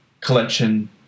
collection